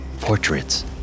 portraits